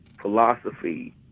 philosophy